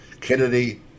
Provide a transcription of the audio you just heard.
Kennedy